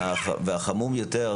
כמו שאמרו,